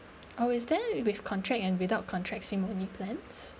oh is there with contract and without contract SIM only plan